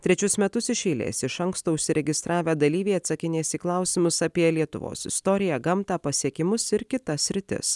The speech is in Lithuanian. trečius metus iš eilės iš anksto užsiregistravę dalyviai atsakinės į klausimus apie lietuvos istoriją gamtą pasiekimus ir kitas sritis